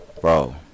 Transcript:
bro